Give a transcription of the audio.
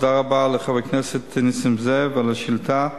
תודה רבה לחבר הכנסת נסים זאב על השאילתא.